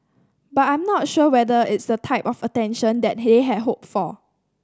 but I'm not sure whether it's the type of attention that they had hoped for